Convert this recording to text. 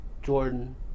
Jordan